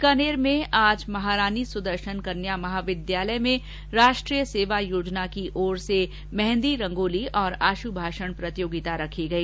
बीकानेर में स्वीप अभियान के तहत आज महारानी सुदर्शन कन्या महाविद्यालय में राष्ट्रीय सेवा योजना की ओर से मेहंदी रंगोली तथा आशु भाषण प्रतियोगिता रखी गई